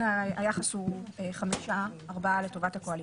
היחס הוא חמישה-ארבעה לטובת הקואליציה.